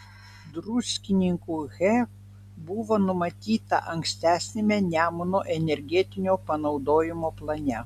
druskininkų he buvo numatyta ankstesniame nemuno energetinio panaudojimo plane